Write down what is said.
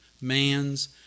man's